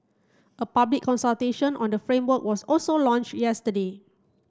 a public consultation on the framework was also launched yesterday